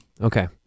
Okay